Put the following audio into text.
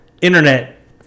internet